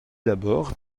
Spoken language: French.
d’abord